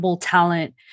talent